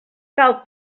cal